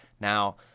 Now